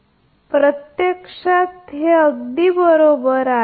तसेच ते प्रत्यक्षात अगदी बरोबर आहेत